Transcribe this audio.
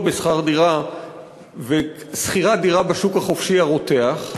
בשכר דירה ושכירת דירה בשוק החופשי הרותח.